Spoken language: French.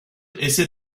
essaie